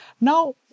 Now